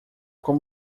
com